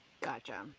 Gotcha